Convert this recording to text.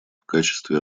качестве